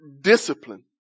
discipline